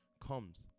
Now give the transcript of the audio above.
comes